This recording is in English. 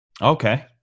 Okay